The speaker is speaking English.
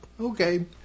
Okay